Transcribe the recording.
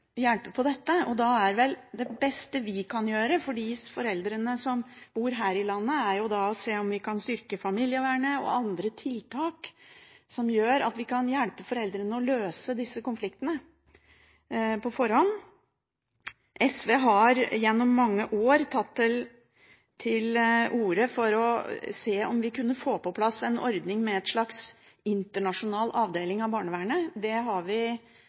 hjelpe på dette. Da er vel det beste vi kan gjøre for de foreldrene som bor her i landet, å se om vi kan styrke familievernet og treffe tiltak som gjør at vi kan hjelpe foreldrene med å løse disse konfliktene på forhånd. SV har gjennom mange år tatt til orde for å se om vi kunne få på plass en ordning med en internasjonal avdeling av barnevernet. Det har vi